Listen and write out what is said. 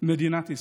מדינת ישראל.